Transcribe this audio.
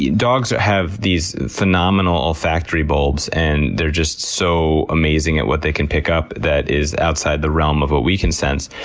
and dogs have these phenomenal olfactory bulbs, and they're just so amazing at what they can pick up that is outside the realm of what we can sense,